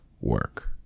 work